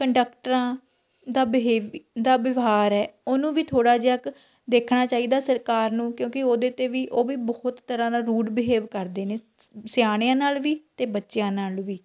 ਕੰਡਕਟਰਾਂ ਦਾ ਬਿਹੇਵ ਦਾ ਵਿਵਹਾਰ ਹੈ ਉਹਨੂੰ ਵੀ ਥੋੜ੍ਹਾ ਜਿਹਾ ਕੁ ਦੇਖਣਾ ਚਾਹੀਦਾ ਸਰਕਾਰ ਨੂੰ ਕਿਉਂਕਿ ਉਹਦੇ 'ਤੇ ਵੀ ਉਹ ਵੀ ਬਹੁਤ ਤਰ੍ਹਾਂ ਦਾ ਰੂਡ ਬਿਹੇਵ ਕਰਦੇ ਨੇ ਸਿਆਣਿਆਂ ਨਾਲ਼ ਵੀ ਅਤੇ ਬੱਚਿਆਂ ਨਾਲ਼ ਵੀ